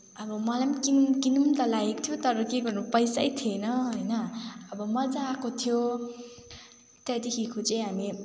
अब मलाई पनि किनौँ किनौँ त लागेको थियो तर के गर्नु पैसै थिएन होइन अब मज्जा आएको थियो त्यहाँदेखिको चाहिँ हामी